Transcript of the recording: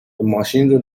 ماشینو